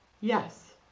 yes